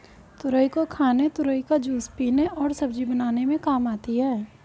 तुरई को खाने तुरई का जूस पीने और सब्जी बनाने में काम आती है